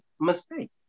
mistake